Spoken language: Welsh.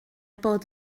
bod